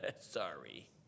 Sorry